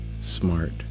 smart